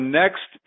next